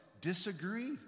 disagree